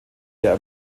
der